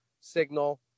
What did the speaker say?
signal